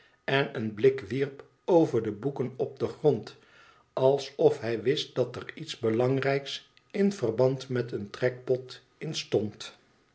en een blik wierp over de boeken op den grond alsof hij wist dat er iets belangrijks in verband met een trekpot in stond